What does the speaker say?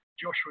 Joshua